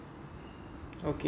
okay